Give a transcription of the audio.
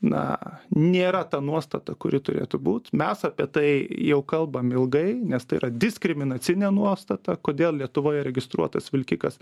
na nėra ta nuostata kuri turėtų būt mes apie tai jau kalbam ilgai nes tai yra diskriminacinė nuostata kodėl lietuvoje registruotas vilkikas